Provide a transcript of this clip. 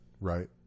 right